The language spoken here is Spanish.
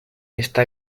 está